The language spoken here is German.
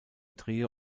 trio